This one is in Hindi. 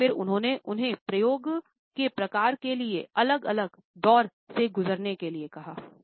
और फिर उन्होंने उन्हें प्रयोग के प्रकार के लिए अलग अलग दौर से गुजरने के लिए कहा था